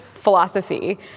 philosophy